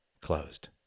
closed